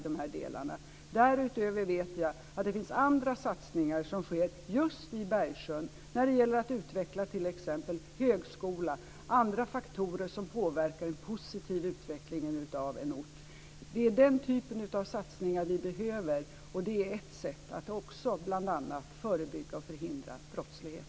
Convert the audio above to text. Därutöver finns det andra satsningar som sker just i Bergsjön när det t.ex. gäller att utveckla högskola och andra faktorer som påverkar den positiva utvecklingen av en ort. Det är den typen av satsningar vi behöver. Det är ett sätt att också förebygga och förhindra brottslighet.